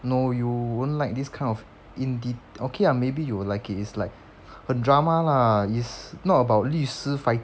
no you won't like these kind of in deep okay lah maybe you would like it is like 很 drama lah it's not about 律师 fight